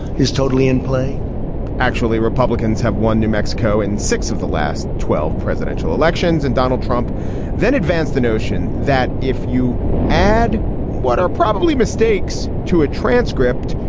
is totally in play actually, republicans have won new mexico in six of the last twelve presidential elections. and donald trump then advanced the notion that if you add add what are probably mistakes to a transcript,